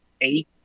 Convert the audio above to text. eight